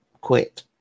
Quit